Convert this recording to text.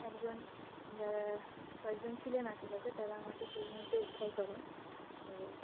একজন যারা কয়েকজন ছিলেন আশেপাশে তারা আমাকে সেই মুহুর্তে উদ্ধার করেন তো